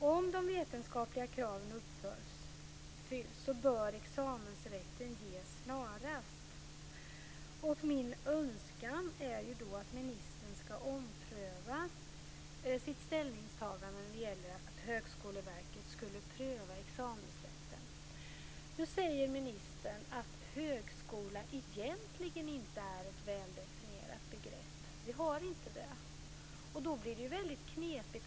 Om de vetenskapliga kraven uppfylls bör examensrätten ges snarast. Min önskan är att ministern ska ompröva sitt ställningstagande när det gäller att Högskoleverket ska pröva examensrätten. Nu säger ministern att "högskola" egentligen inte är ett väl definierat begrepp. Vi har inte det. Då blir det väldigt knepigt.